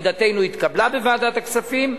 ועמדתנו התקבלה בוועדת הכספים.